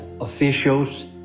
officials